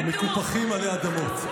המקופחים עלי אדמות,